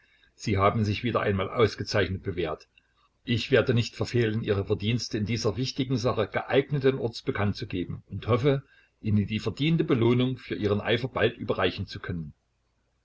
sie haben sich wieder einmal ausgezeichnet bewährt ich werde nicht verfehlen ihre verdienste in dieser wichtigen sache geeigneten orts bekannt zu geben und hoffe ihnen die verdiente belohnung für ihren eifer bald überreichen zu können